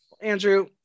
Andrew